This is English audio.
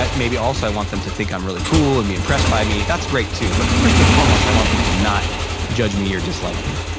like maybe, also i want them to think i'm really cool and be impressed by me. that's great too but first and foremost i want them to not judge me or dislike me.